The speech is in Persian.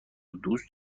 دوست